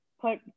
put